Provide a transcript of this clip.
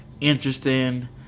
interesting